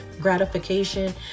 gratification